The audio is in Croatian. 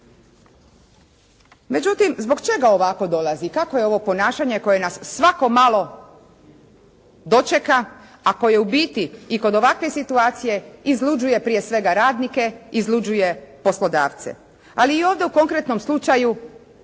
Međutim, zbog čega ovako dolazi i kakvo je ovo ponašanje koje nas svako malo dočeka, a koje u biti i kod ovakve situacije izluđuje prije svega radnike, izluđuje poslodavce. Ali i ovdje u konkretnom slučaju